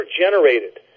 generated